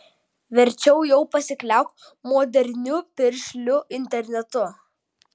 verčiau jau pasikliauk moderniu piršliu internetu